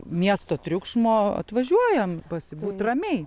miesto triukšmo atvažiuojam pasibūt ramiai